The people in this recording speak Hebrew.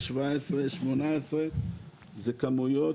אלו כמויות